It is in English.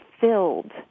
filled